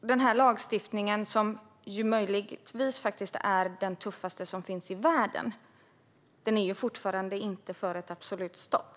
Den här lagstiftningen, som faktiskt kan vara den tuffaste i världen, är fortfarande inte för ett absolut stopp.